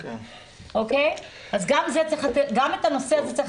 אז גם את הנושא הזה,